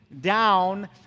down